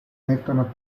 mettono